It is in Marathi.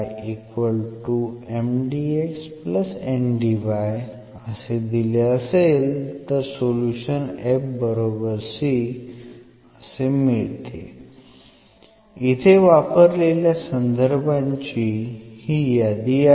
SOLUTION इथे वापरलेल्या संदर्भांची ही यादी आहे